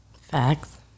Facts